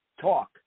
talk